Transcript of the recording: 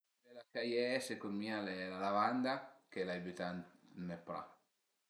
La pi bela ch'a ie secund mi al e la lavanda che l'ai bütà ën me pra